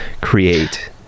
create